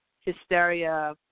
hysteria